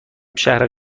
شهر